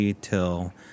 till